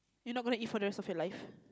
you know gonna eat for those in your life